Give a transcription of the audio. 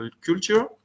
culture